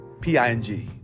P-I-N-G